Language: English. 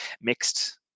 mixed